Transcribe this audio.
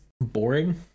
boring